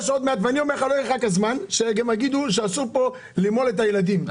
לא ירחק היום שגם יגידו שאסור פה למול את הילדים.